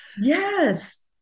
Yes